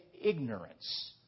ignorance